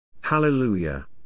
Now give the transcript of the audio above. Hallelujah